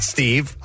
Steve